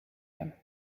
room